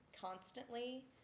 constantly